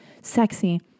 sexy